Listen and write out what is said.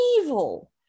evil